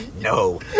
No